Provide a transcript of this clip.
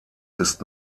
ist